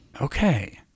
okay